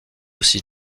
aussi